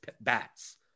bats